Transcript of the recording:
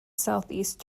southeast